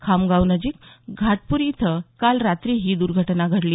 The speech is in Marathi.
खामगावनजीक घाटपुरी इथं काल रात्री ही दुर्घटना घडली